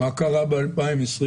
מה קרה ב-2020?